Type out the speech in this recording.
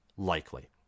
Likely